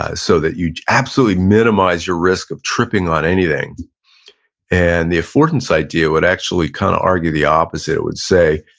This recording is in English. ah so that you absolutely minimize your risk of tripping on anything and the affordance idea would actually kinda argue the opposite, it would say,